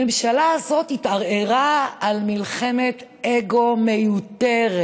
הממשלה הזאת התערערה על מלחמת אגו מיותרת.